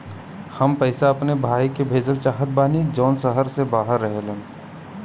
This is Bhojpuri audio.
हम पैसा अपने भाई के भेजल चाहत बानी जौन शहर से बाहर रहेलन